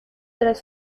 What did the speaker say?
tras